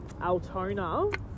Altona